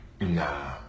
nah